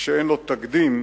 שאין לו תקדים.